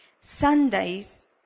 Sundays